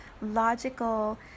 logical